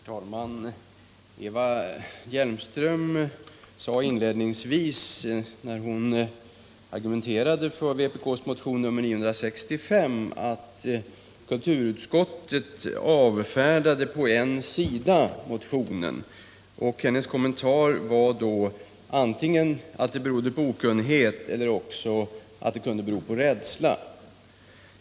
Herr talman! Eva Hjelmström sade inledningsvis när hon argumenterade för vpk:s motion nr 965 att kulturutskottet avfärdat motionen på en sida. Hennes kommentar till detta var att det berodde antingen på okunnighet eller på rädsla.